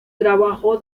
trabajó